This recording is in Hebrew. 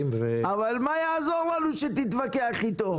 -- אבל מה יעזור לנו שתתווכח איתו?